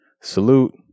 salute